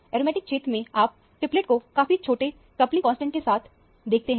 aromatic क्षेत्र में आप ट्रिपलेट को काफी छोटे कपलिंग कांस्टेंट के साथ देखते हैं